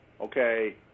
okay